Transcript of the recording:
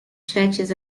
churches